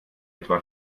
etwa